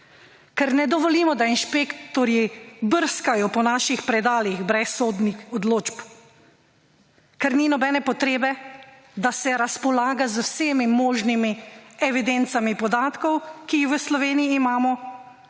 Ker ne dovolimo, da inšpektorji brskajo po naših predalih brez sodnih odločb, ker ni nobene potrebe, da se razpolaga z vsemi možnimi evidencami podatkov, ki jih v Sloveniji imamo